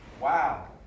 Wow